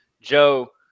Joe